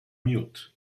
miód